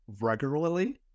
regularly